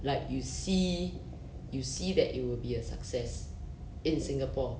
like you see you see that it will be a success in singapore